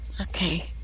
Okay